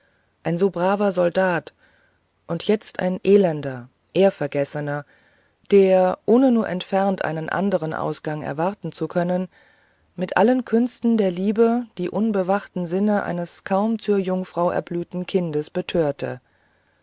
ein so braver soldat und jetzt ein elender ehrvergessener der ohne nur entfernt einen andern ausgang erwarten zu können mit allen künsten der liebe die unbewachten sinne eines kaum zur jungfrau erblühten kindes betörtet